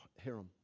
harem